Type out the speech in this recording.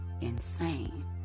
insane